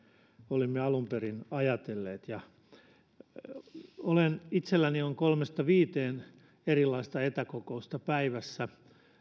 olimme alun perin ajatelleet itselläni on kolmesta viiteen erilaista etäkokousta päivässä